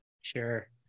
Sure